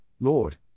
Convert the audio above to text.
Lord